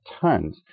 tons